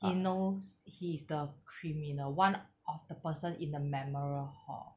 he knows he is the criminal one of the person in the memorial hall